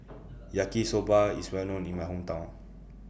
Yaki Soba IS Well known in My Hometown